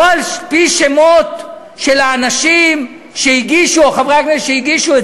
לא על-פי שמות האנשים שהגישו או חברי הכנסת שהגישו.